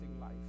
life